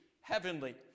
heavenly